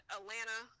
Atlanta